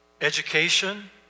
education